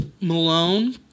Malone